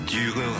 Durera